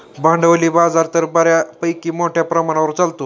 भांडवली बाजार तर बऱ्यापैकी मोठ्या प्रमाणावर चालतो